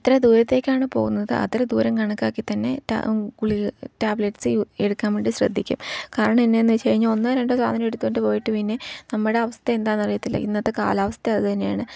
എത്ര ദൂരത്തേക്കാണ് പോകുന്നത് അത്ര ദൂരം കണക്കാക്കി തന്നെ ടാബ്ലെറ്റ്സ് എടുക്കാൻ വേണ്ടി ശ്രദ്ധിക്കും കാരണം എന്നന്ന് വെച്ച് കഴിഞ്ഞാ ഒന്നോ രണ്ടോ സാധനം എടുത്തോണ്ട് പോയിട്ട് പിന്നെ നമ്മടെ അവസ്ഥ എന്താന്ന് അറിയത്തില്ല ഇന്നത്തെ കാലാവസ്ഥ അത് തന്നെയാണ്